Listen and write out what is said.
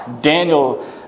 Daniel